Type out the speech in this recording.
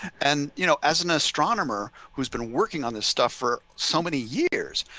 and, you know, as an astronomer who's been working on this stuff for so many years,